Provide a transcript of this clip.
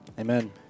Amen